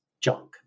junk